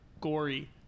Gory